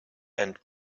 and